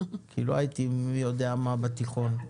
כי לא הייתי מי יודע מה בתיכון,